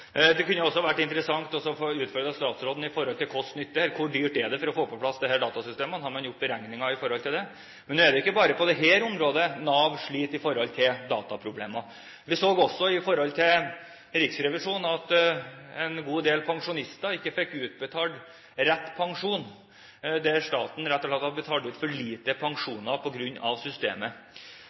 Det kunne også vært interessant å utfordre statsråden i forhold til kost–nytte. Hvor dyrt er det å få på plass dette datasystemet? Har man gjort beregninger på det? Men det er ikke bare på dette området Nav sliter med dataproblemer. Vi så også at en god del pensjonister ifølge Riksrevisjonen ikke fikk utbetalt rett pensjon. Staten hadde rett og slett betalt ut for lite i pensjon på grunn av systemet.